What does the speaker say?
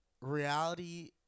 reality